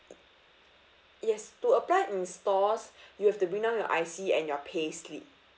yes to apply in stores you have to bring down your I_C and your payslip